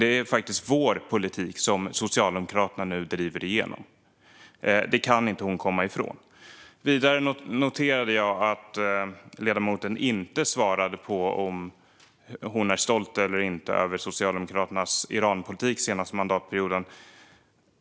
Det är faktiskt vår politik som Socialdemokraterna nu driver igenom. Det kan hon inte komma ifrån. Vidare noterade jag att ledamoten inte svarade på om hon är stolt eller inte över Socialdemokraternas Iranpolitik den senaste mandatperioden.